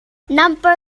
nambar